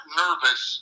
nervous